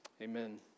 Amen